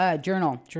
Journal